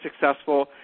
successful